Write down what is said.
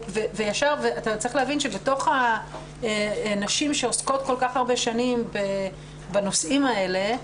ואתה צריך להבין שבין הנשים שעוסקות כל כך הרבה שנים בנושאים האלה,